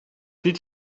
niet